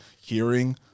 hearing